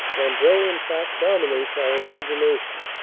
cambrai, in fact, dominates our imagination.